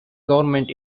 government